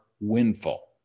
windfall